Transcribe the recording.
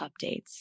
updates